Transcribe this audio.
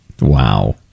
Wow